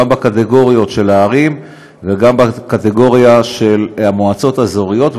גם בקטגוריה של הערים וגם בקטגוריה של המועצות האזורית,